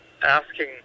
asking